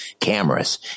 cameras